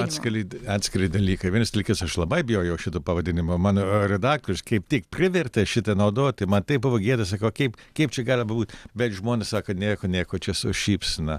atskleid atskiri dalykai vienas likęs aš labai bijojau šito pavadinimo mano redaktorius kaip tik privertė šitą naudoti man taip buvo gėda sakau kaip kaip čia gali bebūt bet žmonės sako nieko nieko čia su šypsena